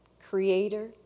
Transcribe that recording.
creator